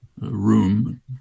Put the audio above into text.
room